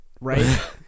right